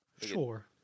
Sure